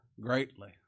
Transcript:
greatly